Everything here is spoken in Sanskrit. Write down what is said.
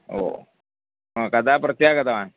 ओ कदा प्रत्यागतवान्